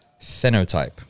phenotype